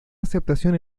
aceptación